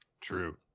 True